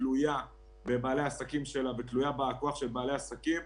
תלויה בבעלי העסקים שלה ותלויה בכוח של בעלי העסקים.